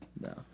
No